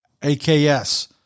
AKS